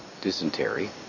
dysentery